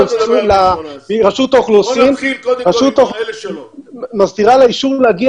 רשות האוכלוסין מסדירה לאישור להגיע